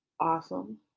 Awesome